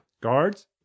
Guards